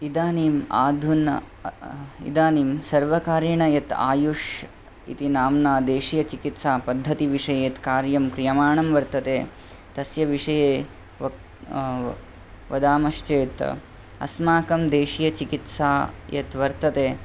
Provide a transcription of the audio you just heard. इदानीम् अधुना इदानीं सर्वकारेण यत् आयुश् इति नाम्ना देशीयचिकित्सापद्धति विषये यत्कार्यं क्रियमाणं वर्तते तस्य विषये वदामश्चेत् अस्माकं देशे चिकित्सा यत् वर्तते